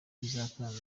bizatanga